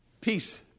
peace